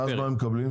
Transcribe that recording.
ואז מה הם מקבלים?